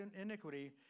iniquity